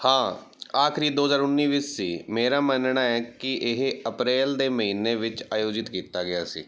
ਹਾਂ ਆਖਰੀ ਦੋ ਹਜ਼ਾਰ ਉੱਨੀ ਵਿੱਚ ਸੀ ਮੇਰਾ ਮੰਨਣਾ ਹੈ ਕਿ ਇਹ ਅਪ੍ਰੈਲ ਦੇ ਮਹੀਨੇ ਵਿੱਚ ਆਯੋਜਿਤ ਕੀਤਾ ਗਿਆ ਸੀ